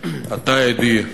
אתה עדי,